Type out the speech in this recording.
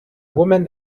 woman